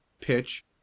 pitch